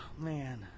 man